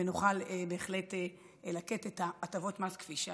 ונוכל בהחלט לתת את הטבות המס כפי שהיו.